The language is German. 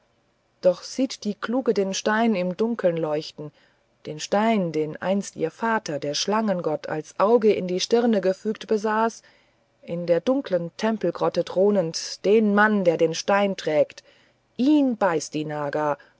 doch sieht die kluge den stein im dunklen leuchten den stein den einst ihr vater der schlangengott als auge in die stirn gefügt besaß in der dunklen tempelgrotte thronend den mann der den stein trägt ihn beißt die naga